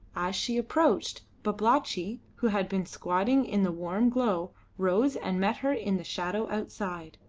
as she approached, babalatchi, who had been squatting in the warm glow, rose and met her in the shadow outside.